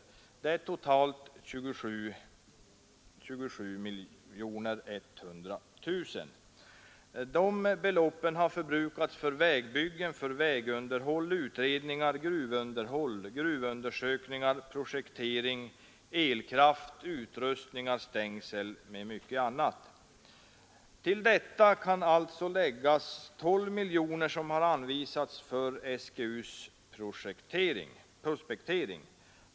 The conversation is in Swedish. Det är totalt 27 100 000 kronor. Dessa belopp har förbrukats för vägbyggen, vägunderhåll, utredningar, gruvunderhåll, gruvundersökningar, projektering, elkraft, utrustningar, stängsel och mycket annat. Till detta kan alltså läggas 12 miljoner kronor som anvisats för SGUs prospektering.